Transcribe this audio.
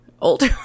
Older